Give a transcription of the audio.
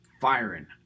firing